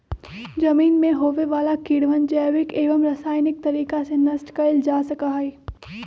जमीन में होवे वाला कीड़वन जैविक एवं रसायनिक तरीका से नष्ट कइल जा सका हई